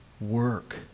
work